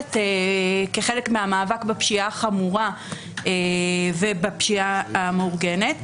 כחלק מהמאבק בפשיעה החמורה ובפשיעה המאורגנת.